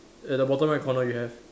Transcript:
at the bottom right corner you have